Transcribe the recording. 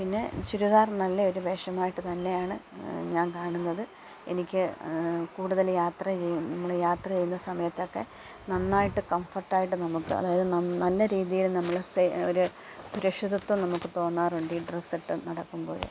പിന്നെ ചുരിദാറ് നല്ല ഒരു വേഷമായിട്ട് തന്നെയാണ് ഞാൻ കാണുന്നത് എനിക്ക് കൂടുതൽ യാത്ര ചെയ്യാൻ നമ്മൾ യാത്ര ചെയ്യുന്ന സമയത്തൊക്കെ നന്നായിട്ട് കംഫർട്ട് ആയിട്ട് നമുക്ക് അതായത് നല്ല രീതിയിൽ നമ്മളെ ഒര് സുരക്ഷിതത്വം നമുക്ക് തോന്നാറുണ്ട് ഈ ഡ്രസ്സ് ഇട്ട് നടക്കുമ്പോഴ്